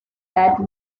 that